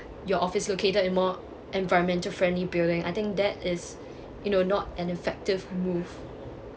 your office located in more environmental friendly building I think that is you know not an effective move